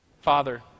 Father